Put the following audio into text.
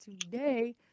today